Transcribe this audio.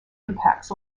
impacts